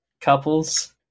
couples